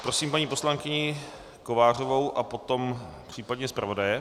Prosím paní poslankyni Kovářovou a potom případně zpravodaje.